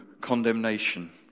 condemnation